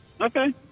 Okay